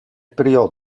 period